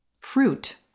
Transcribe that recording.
Fruit